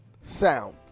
sound